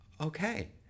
okay